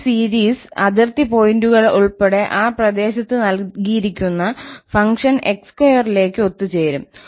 ഈ സീരീസ് അതിർത്തി പോയിന്റുകൾ ഉൾപ്പെടെ ആ പ്രദേശത്ത് നൽകിയിരിക്കുന്ന ഫംഗ്ഷൻ 𝑥2 ലേക്ക് ഒത്തുചേരും